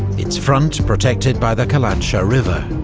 its front protected by the kalatsha river,